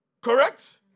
Correct